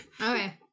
Okay